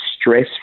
stress